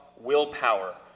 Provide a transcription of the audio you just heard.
willpower